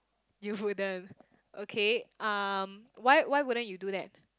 you wouldn't ok um why why wouldn't you do that